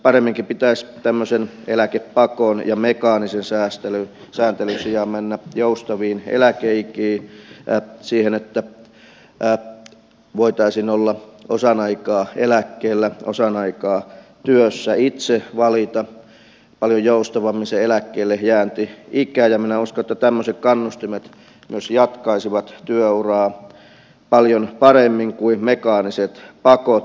paremminkin pitäisi tämmöisen eläkepakon ja mekaanisen sääntelyn sijaan mennä joustaviin eläkeikiin siihen että voitaisiin olla osan aikaa eläkkeellä osan aikaa työssä itse valita paljon joustavammin se eläkkeellejäänti ikä ja minä uskon että tämmöiset kannustimet myös jatkaisivat työuraa paljon paremmin kuin mekaaniset pakot